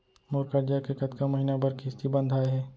मोर करजा के कतका महीना बर किस्ती बंधाये हे?